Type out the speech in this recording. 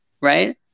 Right